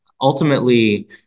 ultimately